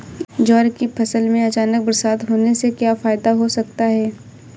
ज्वार की फसल में अचानक बरसात होने से क्या फायदा हो सकता है?